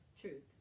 truth